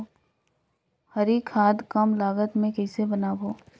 हरी खाद कम लागत मे कइसे बनाबो?